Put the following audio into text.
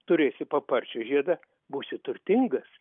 turėsi paparčio žiedą būsi turtingas